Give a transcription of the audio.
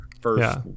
first